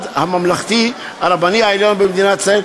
הממלכתי הרבני העליון במדינת ישראל,